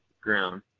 ground